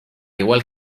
igual